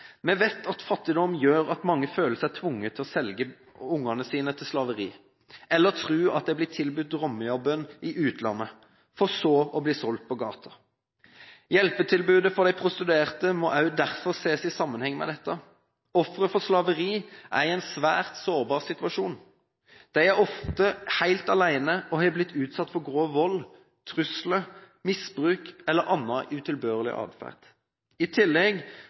Vi vet at fattigdom gjør at mange føler seg tvunget til å selge ungene sine til slaveri eller tror at de blir tilbudt drømmejobben i utlandet, for så å bli solgt på gaten. Hjelpetilbudet for de prostituerte må derfor ses i sammenheng med dette. Ofre for slaveri er i en svært sårbar situasjon. De er ofte helt alene og har blitt utsatt for grov vold, trusler, misbruk eller annen utilbørlig atferd. I tillegg